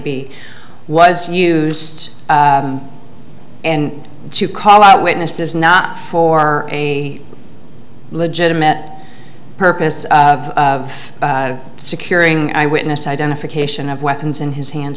be was used and to call out witnesses not for a legitimate purpose of securing eyewitness identification of weapons in his hands